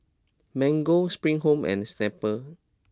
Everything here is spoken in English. Mango Spring Home and Snapple